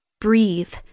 breathe